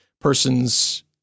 persons